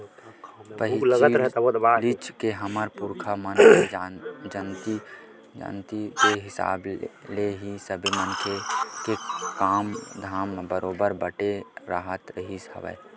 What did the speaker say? पहिलीच ले हमर पुरखा मन के जानती के हिसाब ले ही सबे मनखे के काम धाम ह बरोबर बटे राहत रिहिस हवय